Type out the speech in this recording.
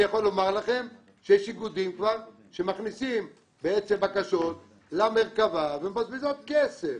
אני יכול לומר לכם שיש איגודים שמכניסים בקשות למרכב"ה ומבזבזים כסף.